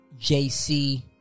JC